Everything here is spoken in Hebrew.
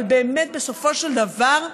אבל בסופו של דבר,